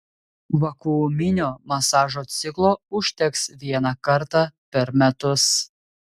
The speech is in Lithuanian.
vakuuminio masažo ciklo užteks vieną kartą per metus